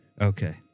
okay